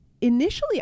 Initially